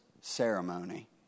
ceremony